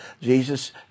Jesus